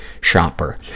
shopper